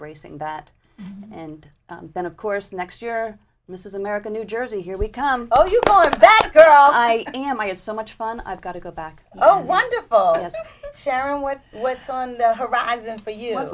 embracing that and then of course next year mrs america new jersey here we come back i am i have so much fun i've got to go back oh wonderful sharon what what's on the horizon for you